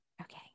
Okay